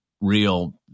real